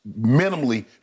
minimally